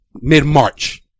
mid-March